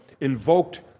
invoked